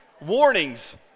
warnings